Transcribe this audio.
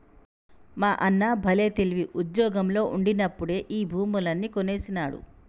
మా అన్న బల్లే తెలివి, ఉజ్జోగంలో ఉండినప్పుడే ఈ భూములన్నీ కొనేసినాడు